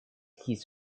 his